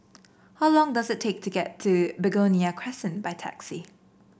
how long does it take to get to Begonia Crescent by taxi